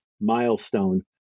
milestone